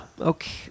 Okay